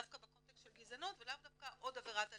דווקא בקונטקסט של גזענות ולאו דווקא עוד עבירת אלימות.